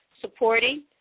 supporting